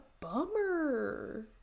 bummer